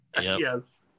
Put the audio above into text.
yes